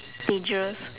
dangerous